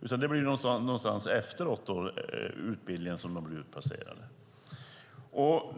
utan de blir utplacerade efter utbildningen.